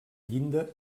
llinda